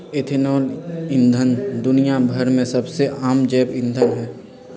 ethanol ईंधन दुनिया भर में सबसे आम जैव ईंधन हई